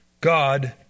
God